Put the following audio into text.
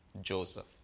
Joseph